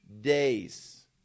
days